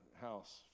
house